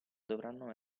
dovranno